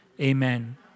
Amen